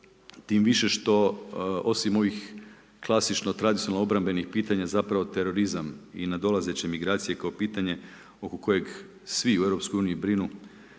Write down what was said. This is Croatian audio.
Tim više što osim ovih klasično tradicionalno obrambenih pitanja zapravo terorizam i nadolazeće migracije kao pitanje oko kojeg svi u Europskoj